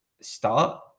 start